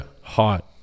hot